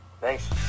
Thanks